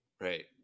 Right